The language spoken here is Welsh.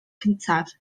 cyntaf